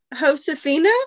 Josefina